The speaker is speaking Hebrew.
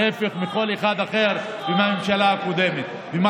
להפך מכל אחד אחר ומהממשלה הקודמת, אין לך תשובות.